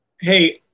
Hey